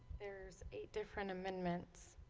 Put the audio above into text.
there's eight different amendments